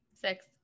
Six